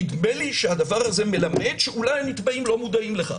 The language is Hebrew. נדמה לי שהדבר הזה מלמד שאולי הנתבעים לא מודעים לכך.